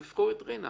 הם יבחרו את רינה,